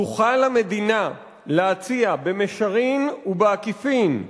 תוכל המדינה להציע, במישרין ובעקיפין,